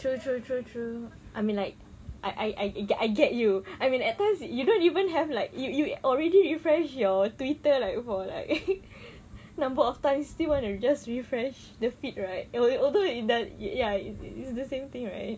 true true true true I mean like I I get I get you I mean at times you don't even have like you you you already refresh your twitter like for like a number of times still want to just refresh the feed right although although it doesn't ya it's it's the same thing right